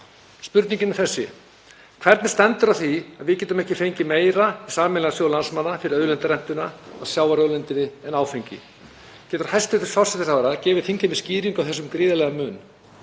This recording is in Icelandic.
Spurningin er þessi: Hvernig stendur á því að við getum ekki fengið meira í sameiginlegan sjóð landsmanna fyrir auðlindarentuna af sjávarauðlindinni en af áfengi? Getur hæstv. forsætisráðherra gefið þingheimi skýringu á þessum gríðarlega mun?